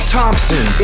Thompson